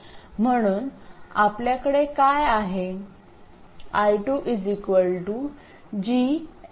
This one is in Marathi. म्हणून आपल्याकडे काय आहे i2 G L V2 असेल